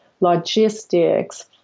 logistics